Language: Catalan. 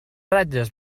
ratlles